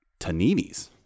Taninis